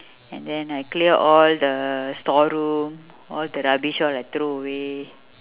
and then I clear all the storeroom all the rubbish all I throw away